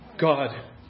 God